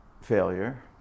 Failure